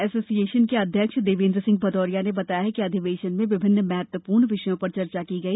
association के अध्यक्ष देवेन्द्र सिंह भदौरिया ने बताया कि अधिवेशन में विभिन्न महत्वपूर्ण विषयों पर चर्चा की गई